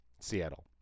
Seattle